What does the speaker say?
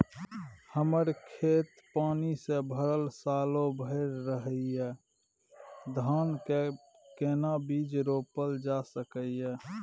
हमर खेत पानी से भरल सालो भैर रहैया, धान के केना बीज रोपल जा सकै ये?